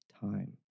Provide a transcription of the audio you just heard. time